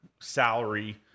salary